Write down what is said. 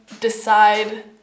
decide